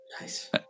nice